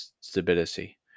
stability